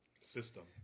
system